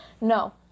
No